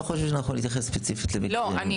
חושב שאני יכול להתייחס ספציפית למקרים --- רוחבית